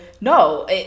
no